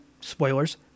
spoilers